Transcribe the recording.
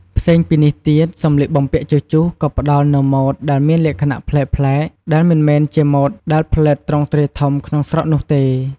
ផ្សេងពីនេះទៀត សម្លៀកបំពាក់ជជុះក៏ផ្ដល់នូវម៉ូដដែលមានលក្ខណៈប្លែកៗ ដែលមិនមែនជាម៉ូដដែលផលិតទ្រង់ទ្រាយធំក្នុងស្រុកនោះទេ។